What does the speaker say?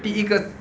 第一个才